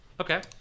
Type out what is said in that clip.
Okay